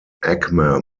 acme